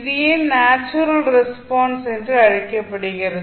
இது ஏன் natural response என்று அழைக்கப்படுகிறது